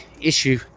issue